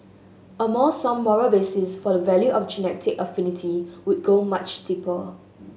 a more sound moral basis for the value of genetic affinity would go much deeper